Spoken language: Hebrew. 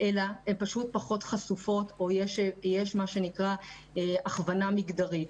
אלא כי הן פשוט פחות חשופות או שיש הכוונה מגדרית.